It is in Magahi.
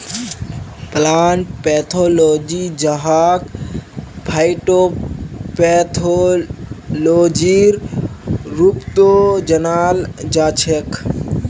प्लांट पैथोलॉजी जहाक फाइटोपैथोलॉजीर रूपतो जानाल जाछेक